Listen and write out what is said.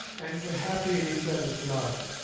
and were happy in each other's love.